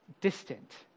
distant